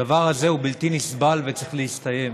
הדבר הזה הוא בלתי נסבל וצריך להסתיים.